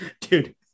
Dude